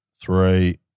Three